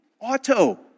auto